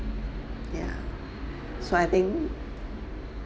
yeah so I think